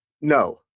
no